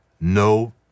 No